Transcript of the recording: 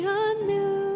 anew